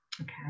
okay